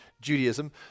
Judaism